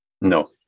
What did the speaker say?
No